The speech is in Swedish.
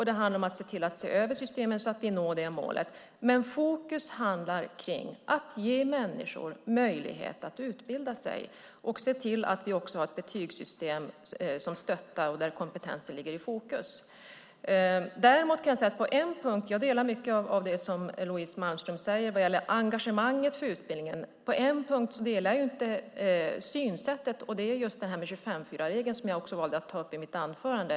Det handlar om att se över systemen så att vi når målet, men fokus är att ge människor möjlighet att utbilda sig och se till att vi också har ett betygssystem som stöttar och där kompetensen ligger i fokus. Jag delar mycket av det Louise Malmström säger vad gäller engagemanget för utbildningen. På en punkt delar jag dock inte synsättet, och det gäller 25:4-regeln som jag också valde att ta upp i mitt anförande.